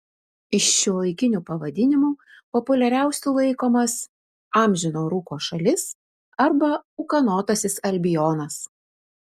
iš šiuolaikinių pavadinimų populiariausiu laikomas amžino rūko šalis arba ūkanotasis albionas